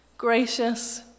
Gracious